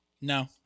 No